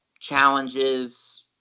challenges